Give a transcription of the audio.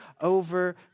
over